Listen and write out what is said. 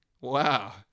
Wow